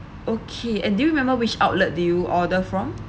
okay and do you remember which outlet did you order from